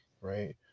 right